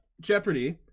Jeopardy